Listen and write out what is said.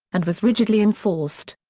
and was rigidly enforced.